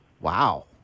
Wow